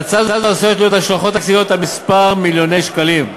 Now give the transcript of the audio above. להצעה זו עשויות להיות השלכות תקציביות של כמה מיליוני שקלים.